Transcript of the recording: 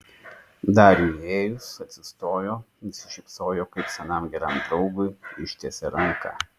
dariui įėjus atsistojo nusišypsojo kaip senam geram draugui ištiesė ranką